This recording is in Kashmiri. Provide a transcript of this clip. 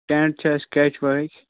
ٹینٛٹ چھِ اَسہِ کیچواہٕکۍ